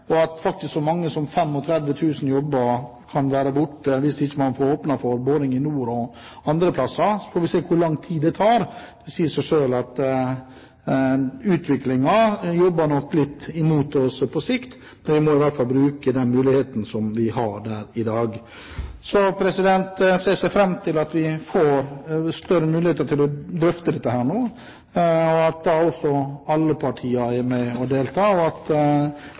og at faktisk så mange som 35 000 jobber kan være borte hvis man ikke får åpnet for boring i nord og andre steder. Vi får se hvor lang tid det tar. Det sier seg selv at utviklingen nok jobber litt mot oss på sikt. Vi må i hvert fall bruke de mulighetene vi har der i dag. Jeg ser fram til at vi får større muligheter til å drøfte dette, og at alle partier da er med